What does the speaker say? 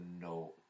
no